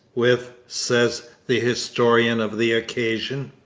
with, says the historian of the occasion,